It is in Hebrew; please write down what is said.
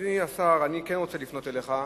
אדוני השר, אני כן רוצה לפנות אליך.